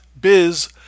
biz